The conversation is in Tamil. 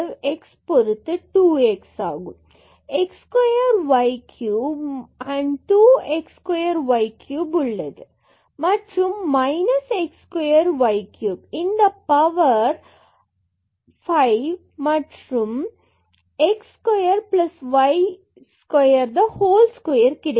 x square y cube 2 x square y cube உள்ளது மற்றும் minus x square y cube இந்த y பவர் power 5 மற்றும் x square y square whole square கிடைக்கும்